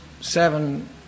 seven